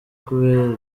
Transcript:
kubera